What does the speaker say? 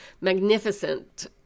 magnificent